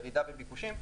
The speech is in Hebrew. ירידה בביקושים.